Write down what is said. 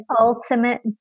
ultimate